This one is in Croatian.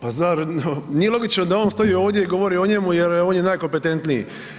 Pa zar nije logično da on stoji ovdje i govorio o njemu jer on je nakompetentiji.